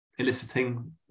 eliciting